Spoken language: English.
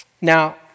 Now